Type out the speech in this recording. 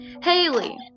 Haley